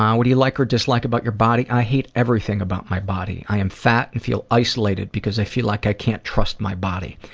what do you like or dislike about your body? i hate everything about my body. i am fat and feel isolated because i feel like i can't trust my body.